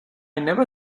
never